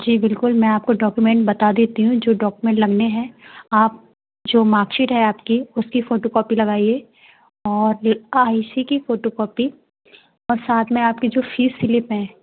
जी बिल्कुल मैं आपको डॉक्यूमेंट बता देती हूँ जो डॉक्यूमेंट लगाने हैं आप जो मार्कसीट है आपकी उसकी फोटोकॉपी लगाइए और आई सी की फोटोकॉपी और साथ में आपके जो फीस स्लिप हैं